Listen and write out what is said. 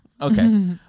Okay